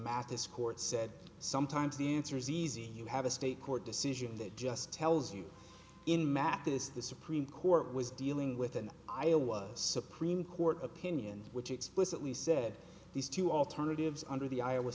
math this court said sometimes the answer is easy you have a state court decision that just tells you in mathis the supreme court was dealing with an iowa supreme court opinion which explicitly said these two alternatives under the iowa